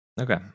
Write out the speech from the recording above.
Okay